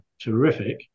terrific